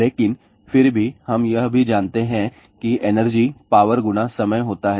लेकिन फिर भी हम यह भी जानते हैं कि एनर्जी पावर गुना समय होता है